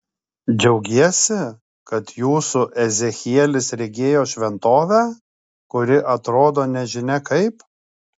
džiaugiesi kad jūsų ezechielis regėjo šventovę kuri atrodo nežinia kaip